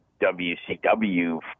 WCW